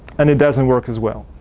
and it doesn't work as well.